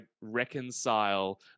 reconcile